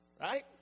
Right